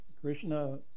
Krishna